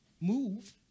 Move